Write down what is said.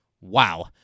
Wow